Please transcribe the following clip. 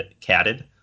catted